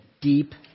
deep